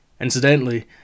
Incidentally